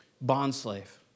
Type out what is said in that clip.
bond-slave